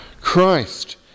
Christ